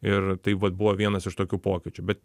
ir tai vat buvo vienas iš tokių pokyčių bet